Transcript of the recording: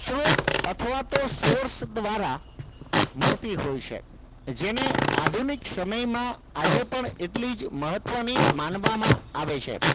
સ્ત્રોત અથવા તો સોર્સ દ્વારા મળતી હોય છે જેને આધુનિક સમયમાં આજે પણ એટલી જ મહત્વની માનવામાં આવે છે